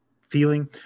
feeling